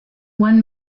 one